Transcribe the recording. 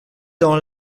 dans